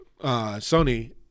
Sony